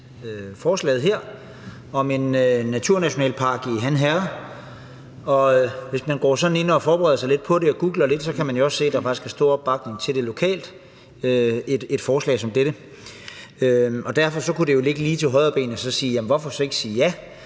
forslaget her om en naturnationalpark i Han Herred. Hvis man forbereder sig lidt til behandlingen og googler lidt, kan man jo også se, at der faktisk er stor opbakning til et forslag som dette lokalt. Derfor kunne det jo ligge lige til højrebenet at sige: Hvorfor så ikke sige ja,